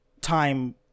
time